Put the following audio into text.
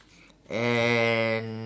and